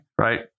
Right